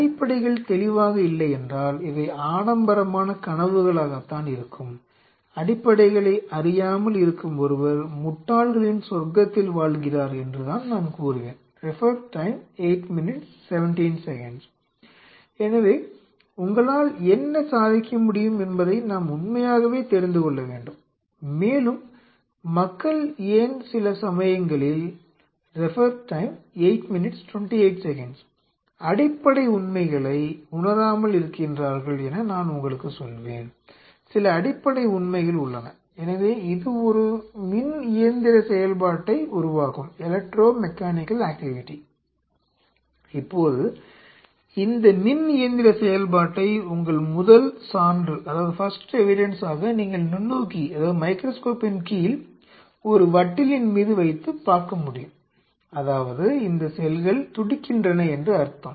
அடிப்படைகள் தெளிவாக இல்லையென்றால் இவை ஆடம்பரமான கனவுகளாகத்தான் இருக்கும் அடிப்படைகளை அறியாமல் இருக்கும் ஒருவர் முட்டாள்களின் சொர்க்கத்தில் என்று அர்த்தம்